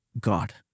God